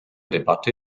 debatte